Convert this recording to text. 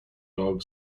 dog